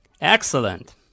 Excellent